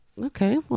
Okay